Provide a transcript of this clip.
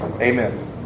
Amen